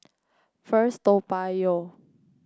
First Toa Payoh